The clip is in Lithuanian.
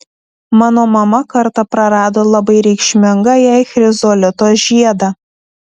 mano mama kartą prarado labai reikšmingą jai chrizolito žiedą